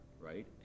right